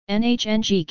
nhng